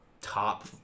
top